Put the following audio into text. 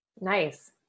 Nice